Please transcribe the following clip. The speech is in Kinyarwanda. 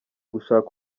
gushaka